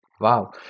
Wow